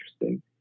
interesting